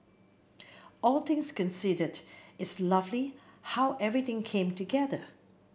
all things considered it's lovely how everything came together